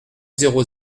zéro